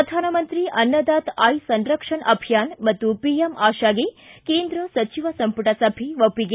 ಪ್ರಧಾನಮಂತ್ರಿ ಅನ್ನದಾತ ಆಯ್ ಸನ್ರಕ್ಷಣ್ ಅಭಿಯಾನ ಮತ್ತು ಪಿಎಂ ಆಶಾಗೆ ಕೇಂದ್ರ ಸಚಿವ ಸಂಪುಟ ಸಭೆ ಒಪ್ಪಿಗೆ